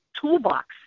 toolbox